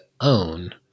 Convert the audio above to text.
own